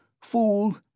Fool